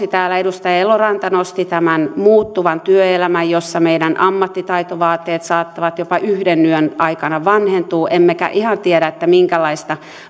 täällä edustaja eloranta nosti tämän muuttuvan työelämän jossa meidän ammattitaitovaateet saattavat jopa yhden yön aikana vanhentua emmekä ihan tiedä minkälaista